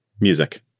Music